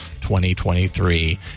2023